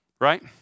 right